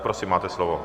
Prosím, máte slovo.